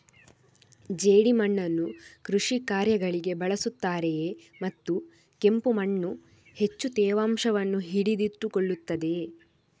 ಜೇಡಿಮಣ್ಣನ್ನು ಕೃಷಿ ಕಾರ್ಯಗಳಿಗೆ ಬಳಸುತ್ತಾರೆಯೇ ಮತ್ತು ಕೆಂಪು ಮಣ್ಣು ಹೆಚ್ಚು ತೇವಾಂಶವನ್ನು ಹಿಡಿದಿಟ್ಟುಕೊಳ್ಳುತ್ತದೆಯೇ?